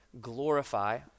glorify